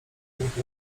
nich